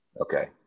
Okay